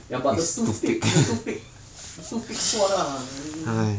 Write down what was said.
ya but the toothpick the toothpick the toothpick swat lah then